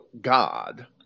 god